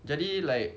jadi like